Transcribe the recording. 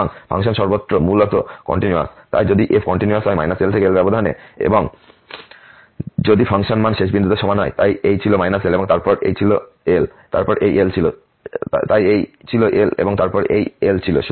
সুতরাং ফাংশন সর্বত্র মূলত কন্টিনিউয়াস তাই যদি f কন্টিনিউয়াস হয় LL ব্যবধানএ এবং যদি ফাংশন মান শেষ বিন্দুতে সমান হয় তাই এইছিল L এবং তারপর এই L ছিল